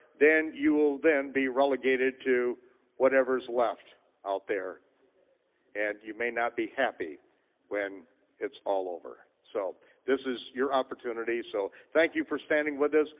then you will then be relegated to whatever's left out there and you may not be happy when it's all over. so this is your opportunity, so thank you for standing with us,